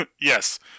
Yes